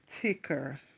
ticker